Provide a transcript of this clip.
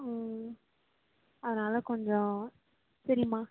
அதனால் கொஞ்சம் சரிம்மா